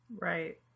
right